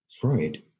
Freud